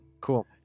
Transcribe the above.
Cool